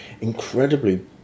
incredibly